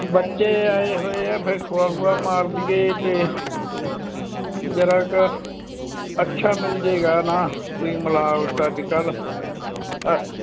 ਬੱਚੇ ਆਏ ਹੋਏ ਆ ਫਿਰ ਖੋਆ ਖੂਆ ਮਾਰ ਦੇਈਏ ਅਤੇ ਜਰਾ ਕੁ ਅੱਛਾ ਮਿਲ ਜੇਗਾ ਨਾ ਕੋਈ ਮਿਲਾਵਟ ਅੱਜ ਕੱਲ੍ਹ